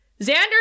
xander